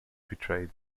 betrayed